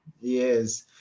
Yes